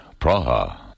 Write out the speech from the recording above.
Praha